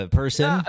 person